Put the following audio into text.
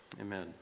Amen